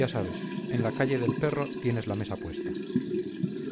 ya sabes en la calle del perro tienes la mesa puesta